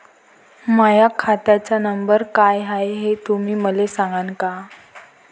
माह्या खात्याचा नंबर काय हाय हे तुम्ही मले सागांन का?